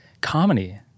Comedy